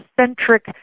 centric